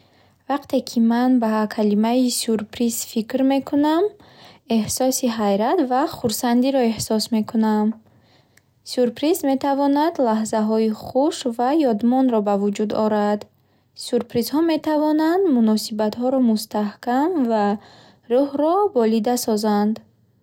Вақте ки ман ба калимаи сюрприз фикр мекунам, эҳсоси ҳайрат ва хурсандиро эҳсос мекунам. Сюрприз метавонад лаҳзаҳои хуш ва ёдмонро ба вуҷуд орад. Сюрпризҳо метавонанд муносибатҳоро мустаҳкам ва рӯҳро болида созанд.